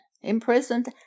imprisoned